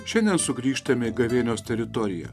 šiandien sugrįžtame gavėnios teritorija